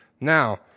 Now